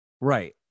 Right